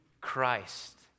Christ